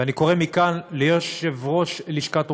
ואני קורא מכאן ליושב-ראש לשכת עורכי-הדין,